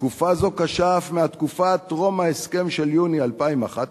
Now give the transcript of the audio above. כי תקופה זו קשה אף מהתקופה טרום ההסכם של יוני 2011,